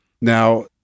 Now